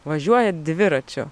važiuojat dviračiu